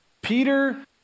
Peter